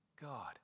God